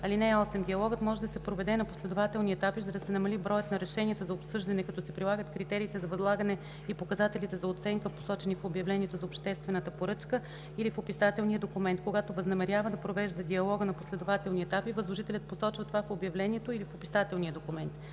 случай. (8) Диалогът може да се проведе на последователни етапи, за да се намали броят на решенията за обсъждане, като се прилагат критерият за възлагане и показателите за оценка, посочени в обявлението за обществената поръчка или в описателния документ. Когато възнамерява да провежда диалога на последователни етапи възложителят посочва това в обявлението или в описателния документ.